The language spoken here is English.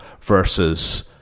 versus